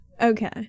okay